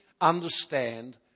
understand